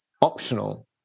optional